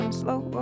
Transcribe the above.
slow